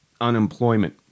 unemployment